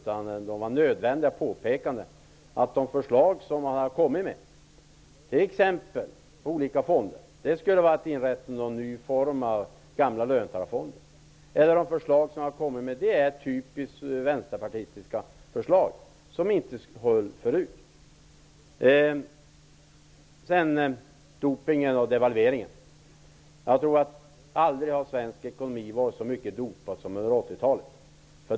Vi har gjort nödvändiga påpekanden beträffande de förslag som han hade kommit med, t.ex. om inrättande av en ny form av de gamla löntagarfonderna. Det var ett typiskt vänsterpartistiskt förslag som inte höll tidigare heller. Lars Bäckström talade om doping och devalvering. Men svensk ekonomi har aldrig varit så dopad som under 80-talet.